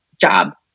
job